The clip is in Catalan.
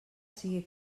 sigui